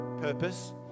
purpose